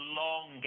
long